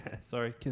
sorry